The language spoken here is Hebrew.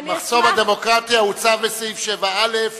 מחסום הדמוקרטיה הוצע בסעיף 7א,